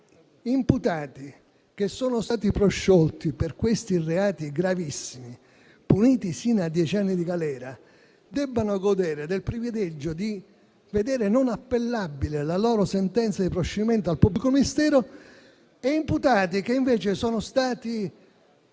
per cui imputati prosciolti per questi reati gravissimi (puniti sino a dieci anni di galera) debbano godere del privilegio di vedere non appellabile la loro sentenza di proscioglimento dal pubblico ministero, mentre altri invece prosciolti